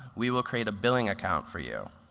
we will create a billing account for you.